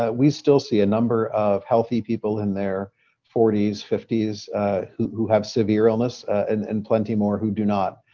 ah we still see a number of healthy people in their forty s, fifty s who who have severe illness and and plenty more who do not.